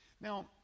Now